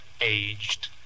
aged